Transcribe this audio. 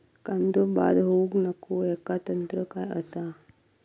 कांदो बाद होऊक नको ह्याका तंत्र काय असा?